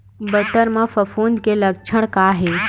बटर म फफूंद के लक्षण का हे?